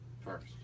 first